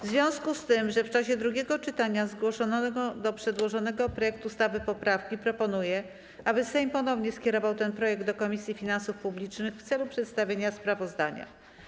W związku z tym, że w czasie drugiego czytania zgłoszono do przedłożonego projektu ustawy poprawki, proponuję, aby Sejm ponownie skierował ten projekt do Komisji Finansów Publicznych w celu przedstawienia sprawozdania.